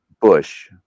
Bush